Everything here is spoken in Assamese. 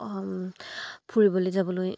ফুৰিবলৈ যাবলৈ